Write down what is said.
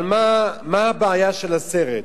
אבל מה הבעיה של הסרט?